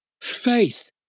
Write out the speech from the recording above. faith